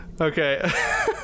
Okay